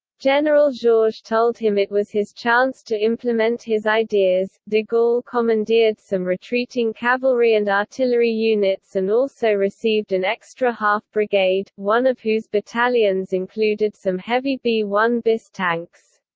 general georges told him it was his chance to implement his ideas de gaulle commandeered some retreating cavalry and artillery units and also received an extra half-brigade, one of whose battalions included some heavy b one bis tanks.